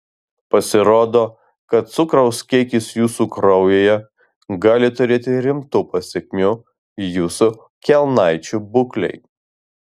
pasirodo kad cukraus kiekis jūsų kraujyje gali turėti rimtų pasekmių jūsų kelnaičių būklei